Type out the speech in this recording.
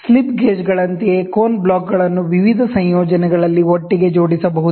slip ಗೇಜ್ಗಳಂತೆಯೇ ಕೋನ ಬ್ಲಾಕ್ಗಳನ್ನು ವಿವಿಧ ಸಂಯೋಜನೆಗಳಲ್ಲಿ ಒಟ್ಟಿಗೆ ಜೋಡಿಸಬಹುದು